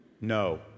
No